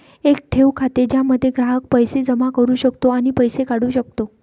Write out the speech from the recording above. एक ठेव खाते ज्यामध्ये ग्राहक पैसे जमा करू शकतो आणि पैसे काढू शकतो